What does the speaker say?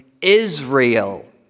Israel